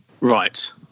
Right